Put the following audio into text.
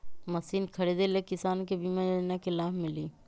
Machine खरीदे ले किसान के बीमा योजना के लाभ मिली?